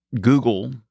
Google